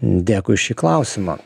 dėkui už šį klausimą